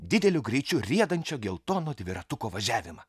dideliu greičiu riedančio geltono dviratuko važiavimą